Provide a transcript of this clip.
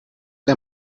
der